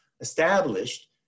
established